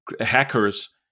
hackers